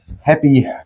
Happy